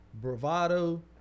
bravado